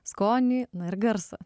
skonį na ir garsą